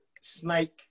snake